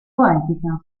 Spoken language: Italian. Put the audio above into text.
poetica